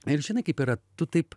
ir žinai kaip yra tu taip